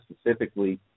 specifically